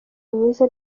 myiza